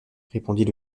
répondit